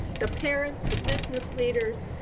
the parents, the business leaders,